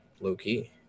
low-key